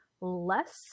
less